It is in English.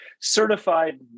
Certified